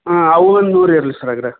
ಹಾಂ ಅವು ಒಂದು ನೂರು ಇರಲಿ ಸರ್ ಹಾಗಾದ್ರೆ